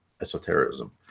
esotericism